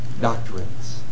doctrines